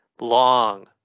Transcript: long